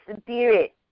Spirit